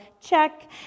check